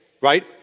Right